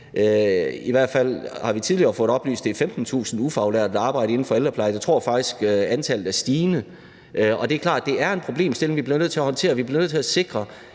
I hvert fald har vi tidligere fået oplyst, at det er 15.000 ufaglærte, der arbejder inden for ældreplejen. Jeg tror faktisk, at antallet er stigende. Det er klart, at det er en problemstilling, vi bliver nødt til at håndtere. Vi bliver nødt til at sikre,